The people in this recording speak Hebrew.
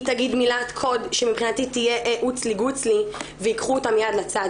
היא תגיד מילת קוד שמבחינתי תהיה "עוץ לי גוץ לי" וייקחו אותה מייד לצד,